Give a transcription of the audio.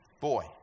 boy